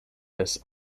this